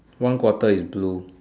one quarter is blue